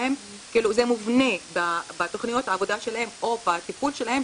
זה מובנה בתכניות העבודה שלהם או בטיפול שלהם,